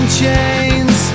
chains